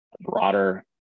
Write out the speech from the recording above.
broader